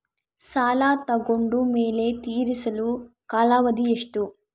ಸಾಲ ತಗೊಂಡು ಮೇಲೆ ತೇರಿಸಲು ಕಾಲಾವಧಿ ಎಷ್ಟು?